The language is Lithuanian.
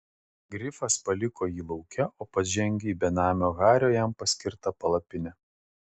grifas paliko jį lauke o pats žengė į benamio hario jam paskirtą palapinę